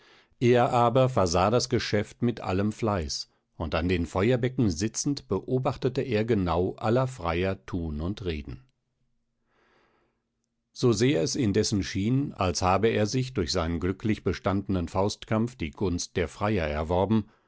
er aber versah das geschäft mit allem fleiß und an den feuerbecken sitzend beobachtete er genau aller freier thun und reden so sehr es indessen schien als habe er sich durch seinen glücklich bestandenen faustkampf die gunst der freier erworben